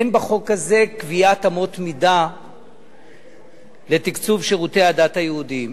אין בחוק הזה קביעת אמות מידה לתקצוב שירותי הדת היהודיים,